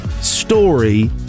story